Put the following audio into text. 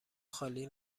خالی